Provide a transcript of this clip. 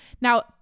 now